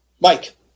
Mike